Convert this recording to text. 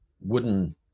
wooden